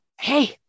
hey